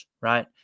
right